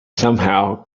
somehow